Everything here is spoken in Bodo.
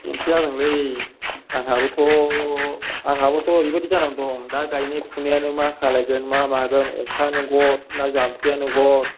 बेन्थ' जादोंलै आंहाबोथ' आंहाबोथ' ओरैबादि जानानै दं दा गायनाय फुनायानो मा खालायगोन मा मागोन अखायानो गथ ना जाम्फैयानो गथ